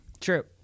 True